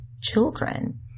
children